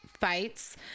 fights